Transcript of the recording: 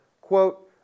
quote